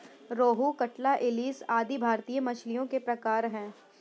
रोहू, कटला, इलिस आदि भारतीय मछलियों के प्रकार है